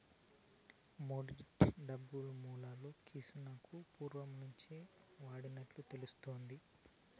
commodity డబ్బు మూలాలు క్రీస్తునకు పూర్వం నుంచే వాడినట్లు తెలుస్తాది